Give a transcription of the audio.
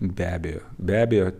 be abejo be abejo